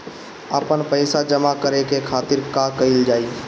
आपन पइसा जमा करे के खातिर का कइल जाइ?